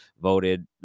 voted